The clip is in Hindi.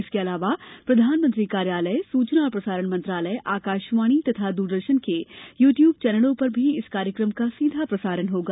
इसके अलावा प्रधानमंत्री कार्यालय सूचना और प्रसारण मंत्रालय आकाशवाणी तथा दूरदर्शन के यूट्यूब चैनलों पर भी इस कार्यक्रम का सीधा प्रसारण होगा